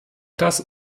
das